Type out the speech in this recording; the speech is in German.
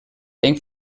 eng